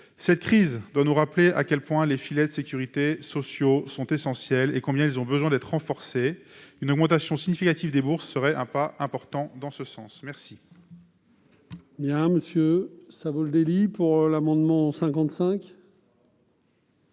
Cette crise doit nous rappeler à quel point les filets de sécurité sociaux sont essentiels et combien ils ont besoin d'être renforcés. Une augmentation significative des bourses serait un pas important en ce sens.